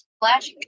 flash